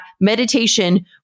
meditation